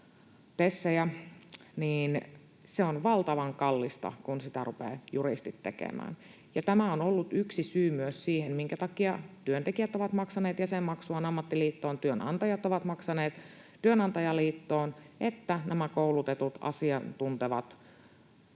niin se on valtavan kallista, kun sitä rupeavat juristit tekemään. Tämä on myös ollut yksi syy siihen, minkä takia työntekijät ovat maksaneet jäsenmaksuaan ammattiliittoon ja työnantajat ovat maksaneet työnantajaliittoon — se, että nämä koulutetut, asiantuntevat,